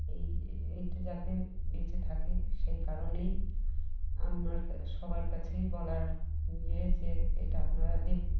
এই এটা যাতে বেঁচে থাকে সেই কারণেই আমার সবার কাছেই বলার ইয়ে যে এটা আপনারা দেখুন